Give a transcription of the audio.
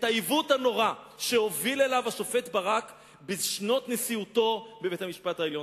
העיוות הנורא שהוביל אליו השופט ברק בשנות נשיאותו בבית-המשפט העליון.